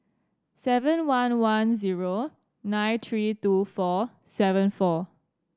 seven one one zero nine three two four seven four